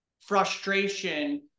frustration